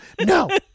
No